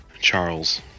Charles